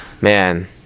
Man